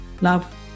Love